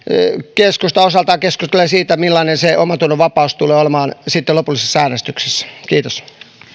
keskusta osaltaan keskustelee siitä millainen se omantunnon vapaus tulee olemaan lopullisessa äänestyksessä kiitos